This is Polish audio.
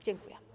Dziękuję.